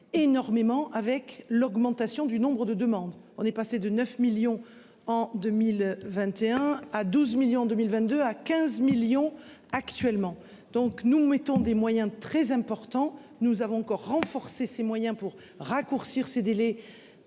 énormément avec l'augmentation du nombre de demandes, on est passé de 9 millions en 2021 à 12 millions en 2022 à 15 millions actuellement. Donc nous mettons des moyens très importants, nous avons encore renforcer ses moyens pour raccourcir ces délais,